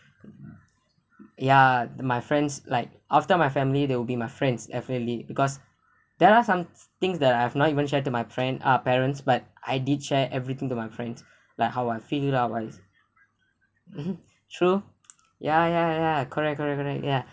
ya my friends like after my family they would be my friends definitely because there are some things that I have not even share to my friend uh parents but I did share everything to my friend like how I figured out what is true ya ya ya correct correct correct ya